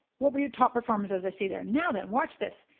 what were your top performers as i say there. now then, watch this.